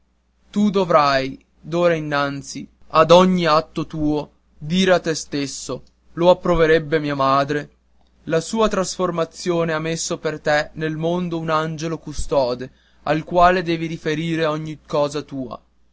tu dovrai d'ora innanzi ad ogni atto tuo dire a te stesso lo approverebbe mia madre la sua trasformazione ha messo per te nel mondo un angelo custode al quale devi riferire ogni cosa tua